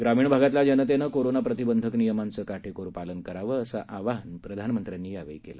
ग्रामीण भागातल्या जनतेनं कोरोना प्रतिबंधक नियमांचं काटेकोर पालन करावं असं आवाहनही प्रधानमंत्र्यांनी केलं